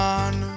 on